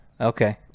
Okay